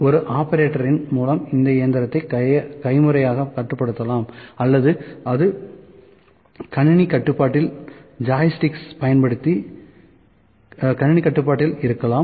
ஒரு ஆபரேட்டரின் மூலம் இந்த இயந்திரத்தை கைமுறையாக கட்டுப்படுத்தப்படலாம் அல்லது அது கணினி கட்டுப்பாட்டில் இருக்கலாம்